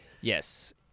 Yes